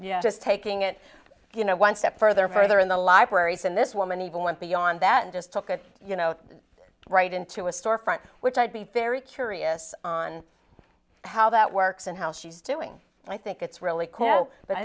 know just taking it you know one step further further in the libraries and this woman even went beyond that and just took it you know right into a storefront which i'd be very curious on how that works and how she's doing and i think it's really cool but